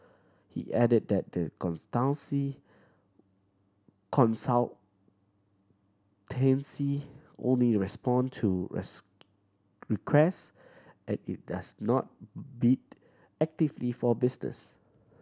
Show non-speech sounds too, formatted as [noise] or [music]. he added that the [unintelligible] consultancy only respond to [unintelligible] requests and it does not bid actively for business